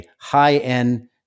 high-end